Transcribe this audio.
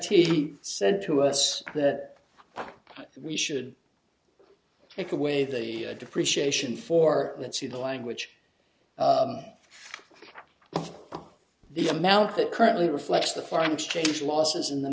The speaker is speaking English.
a said to us that we should take away the depreciation for let's see the language of the amount that currently reflects the foreign exchange losses in the